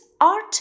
art